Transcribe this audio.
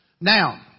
Now